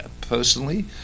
personally